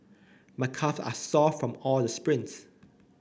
my calve are sore from all the sprints